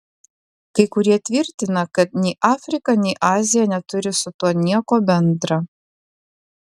kai kurie tvirtina kad nei afrika nei azija neturi su tuo nieko bendra